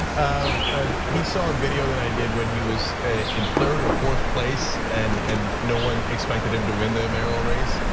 um ah he saw a video that i did when he was in third or fourth place and and no one expected him to win the mayoral race.